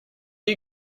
you